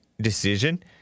decision